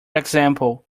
example